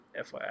FYI